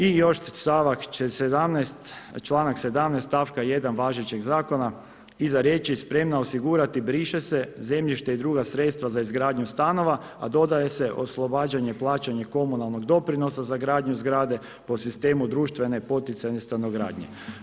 I još stavak 17, članak 17. stavka 1. važećeg zakona, iza riječi spremno osigurati, briše se, zemljište i druga sredstva za izgradnju stanova, a dodaje se oslobađanje plaćanja komunalnih doprinosa za gradnju zgrade po sistemu društvene poticajne stanogradnje.